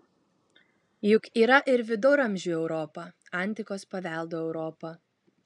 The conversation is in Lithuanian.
juk yra ir viduramžių europa antikos paveldo europa